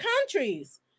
countries